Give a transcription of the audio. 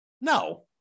no